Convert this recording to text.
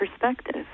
perspective